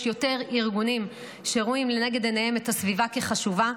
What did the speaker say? יותר ארגונים שרואים לנגד עיניהם את הסביבה כחשובה,